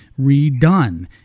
redone